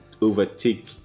overtake